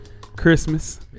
Christmas